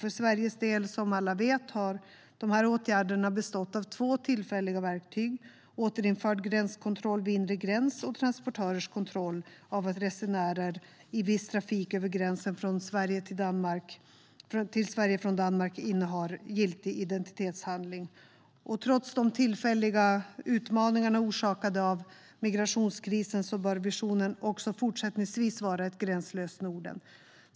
För Sveriges del har åtgärderna som alla vet bestått av två tillfälliga verktyg: återinförd gränskontroll vid inre gräns och transportörers kontroll av att resenärer i viss trafik över gränsen till Sverige från Danmark innehar giltig identitetshandling. Trots de tillfälliga utmaningarna orsakade av migrationskrisen bör visionen även fortsättningsvis vara ett gränslöst Norden.